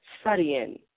studying